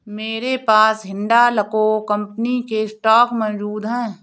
मेरे पास हिंडालको कंपनी के स्टॉक मौजूद है